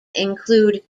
include